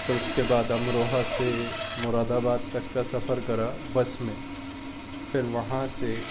اور اس کے بعد امروہہ سے مراد آباد تک کا سفر کرا بس میں پھر وہاں سے